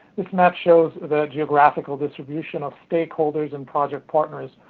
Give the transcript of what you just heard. this map shows the geographical distribution of stakeholders and project partners.